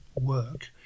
work